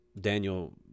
Daniel